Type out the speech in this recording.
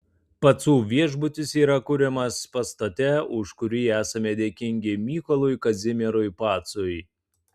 pacų viešbutis yra kuriamas pastate už kurį esame dėkingi mykolui kazimierui pacui